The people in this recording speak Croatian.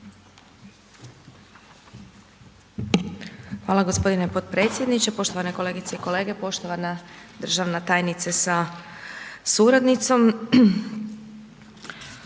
Hvala gospodine potpredsjedniče. Poštovane kolegice i kolege, poštovana državna tajnice sa suradnicom.